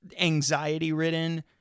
anxiety-ridden